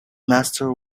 master